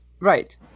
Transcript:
Right